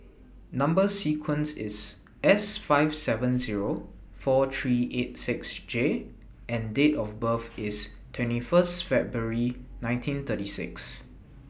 Number sequence IS S five seven Zero four three eight six J and Date of birth IS twenty First February nineteen thirty six